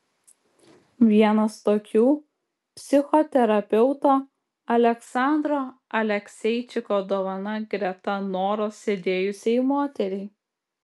vienas tokių psichoterapeuto aleksandro alekseičiko dovana greta noros sėdėjusiai moteriai